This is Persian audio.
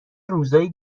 روزای